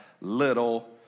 little